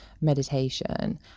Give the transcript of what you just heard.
meditation